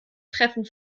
treffen